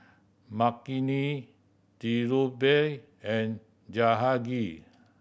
Makineni Dhirubhai and Jahangir